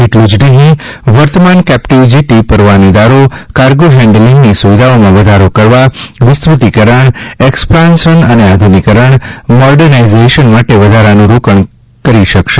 એટલું નહિ વર્તમાન કેપ્ટીવ જેટી પરવાનેદારો કાર્ગો હેન્ડલીંગની સુવિધાઓમાં વધારો કરવા વિસ્તૃતીકરણ એકસ્પાન્શન અને આધુનિકરણ મોર્ડનાઇઝેશન માટે વધારાનું રોકાણ કરી શકશે